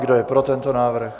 Kdo je pro tento návrh?